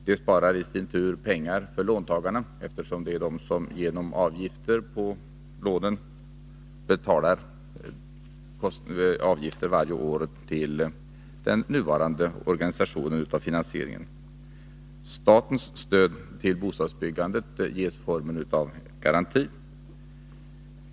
Det sparar i sin tur pengar för låntagarna, eftersom det är dessa som betalar avgifter varje år till den nuvarande organisationen av finansieringen. Statens stöd till bostadsbyggandet ges formen av en garanti.